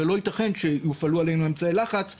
ולא ייתכן שיופעלו עלינו אמצעי לחץ,